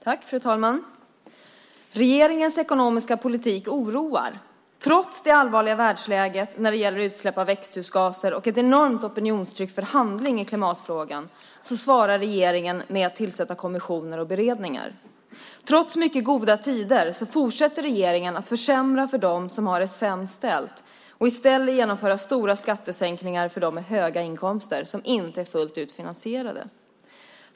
Fru talman! Regeringens ekonomiska politik oroar. Trots det allvarliga världsläget när det gäller utsläpp av växthusgaser och ett enormt opinionstryck för handling i klimatfrågan svarar regeringen med att tillsätta kommissioner och beredningar. Trots mycket goda tider fortsätter regeringen att försämra för dem som har det sämst ställt och genomför i stället stora skattesänkningar för dem som har höga inkomster som inte är fullt ut finansierade.